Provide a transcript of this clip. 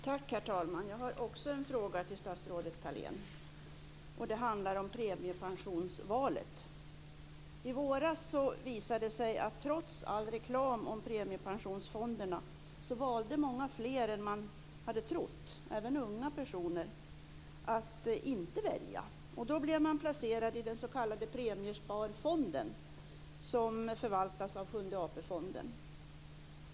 Trots all reklam om premiepensionsfonderna visade det sig i våras att många fler - även unga personer - än vad man hade trott valde att inte välja. Då blev de placerade i den s.k. premiesparfonden som förvaltas av Sjunde AP-fonden.